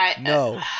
No